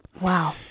wow